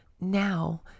Now